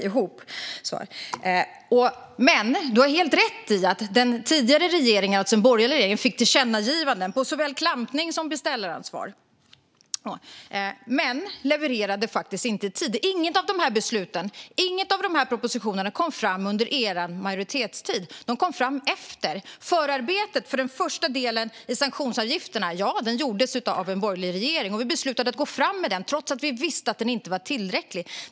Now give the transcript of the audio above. Sten Bergheden har helt rätt i att den borgerliga regeringen fick tillkännagivanden om såväl klampning som beställaransvar men levererade faktiskt inte i tid. Inget beslut och ingen proposition om något av detta kom fram under er majoritetstid. De kom fram efteråt. Förarbetet för den första delen i sanktionsavgifterna gjordes av en borgerlig regering, och vi beslutade att gå fram med det trots att vi visste att det inte var tillräckligt.